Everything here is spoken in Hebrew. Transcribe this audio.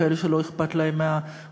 כאלה שלא אכפת להם מהמולדת,